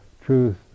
truth